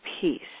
peace